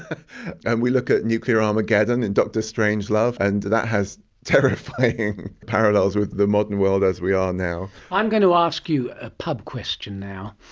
ah and we look at nuclear armageddon in dr strangelove, and that has terrifying parallels with the modern world as we are now. i'm going to ask you a pub question now.